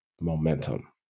momentum